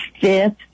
fifth